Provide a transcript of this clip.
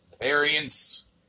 variants